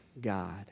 God